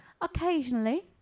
Occasionally